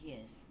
Yes